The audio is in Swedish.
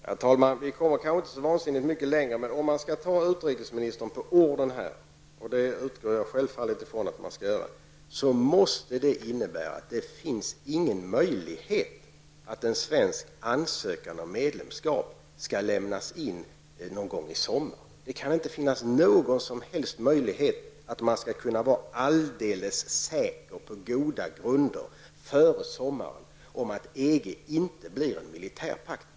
Herr talman! Vi kommer kanske inte så vansinnigt mycket längre, men om man skall ta utrikesministern på orden -- jag utgår självfallet från att vi skall göra det -- så måste det innebära att det inte finns någon möjlighet att svensk ansökan om medlemskap skall kunna lämnas in någon gång i sommar. Det kan inte finnas någon som helst möjlighet att man på goda grunder kan vara alldeles säker före sommaren på att EG inte blir någon militärpakt.